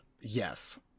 Yes